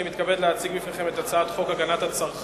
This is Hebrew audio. אני מתכבד להציג בפניכם את הצעת חוק הגנת הצרכן